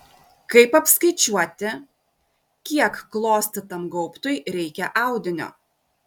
kaip apskaičiuoti kiek klostytam gaubtui reikia audinio